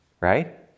right